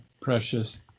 precious